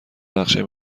نقشه